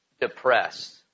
depressed